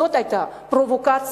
זאת היתה פרובוקציה,